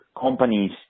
companies